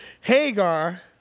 Hagar